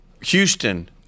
houston